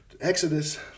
Exodus